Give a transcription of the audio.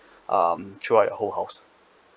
um throughout your whole house